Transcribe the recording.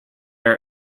are